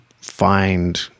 find